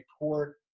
report